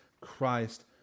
Christ